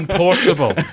portable